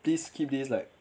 please keep this like